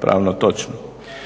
pravno točno.